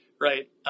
Right